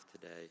today